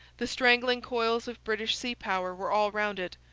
the strangling coils of british sea-power were all round it.